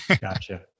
Gotcha